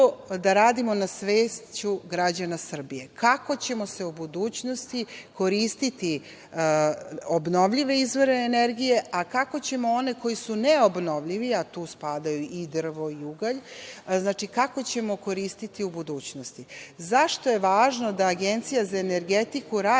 radimo na svešću građana Srbije, kako ćemo se u budućnosti koristiti obnovljive izvore energije, a kako ćemo one koji su ne obnovljivi, a tu spada i drvo i ugalj. Znači, kako ćemo to koristi u budućnosti. Zašto je važno da Agencija za energetiku radi